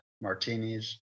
martinis